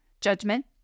judgment